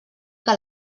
que